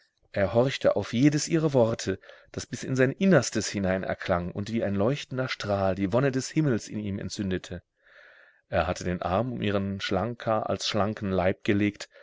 er horchte auf jedes ihrer worte das bis in sein innerstes hinein erklang und wie ein leuchtender strahl die wonne des himmels in ihm entzündete er hatte den arm um ihren schlanker als schlanken leib gelegt